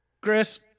Chris